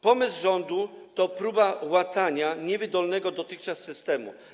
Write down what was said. Pomysł rządu to próba łatania niewydolnego dotychczas systemu.